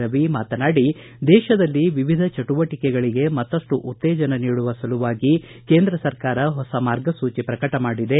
ರವಿ ದೇಶದಲ್ಲಿ ವಿವಿಧ ಚಟುವಟಿಕೆಗಳಿಗೆ ಮತ್ತಷ್ಟು ಉತ್ತೇಜನ ನೀಡುವ ಸಲುವಾಗಿ ಕೇಂದ್ರ ಸರ್ಕಾರ ಹೊಸ ಮಾರ್ಗಸೂಚಿ ನಿನ್ನೆ ಪ್ರಕಟ ಮಾಡಿದೆ